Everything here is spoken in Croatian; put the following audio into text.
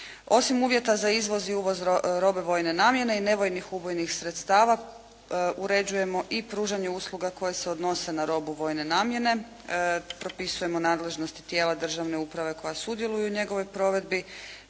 Osim uvjeta za izvoz i uvoz robe vojne namjene i nevojnih ubojnih sredstava uređujemo i pružanje usluga koje se odnose na robu vojne namjene, propisujemo nadležnosti tijela državne uprave koja sudjeluju u njegovoj provedbi,